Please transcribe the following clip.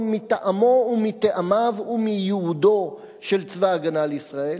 מטעמיו ומייעודו של צבא-הגנה לישראל,